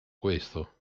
questo